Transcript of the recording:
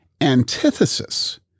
antithesis